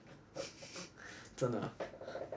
真的